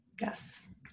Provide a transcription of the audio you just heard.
Yes